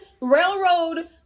railroad